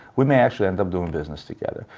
we may actually end up doing business together.